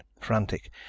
frantic